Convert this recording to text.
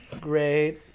Great